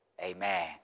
Amen